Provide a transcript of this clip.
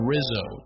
Rizzo